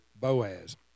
Boaz